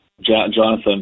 Jonathan